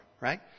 Right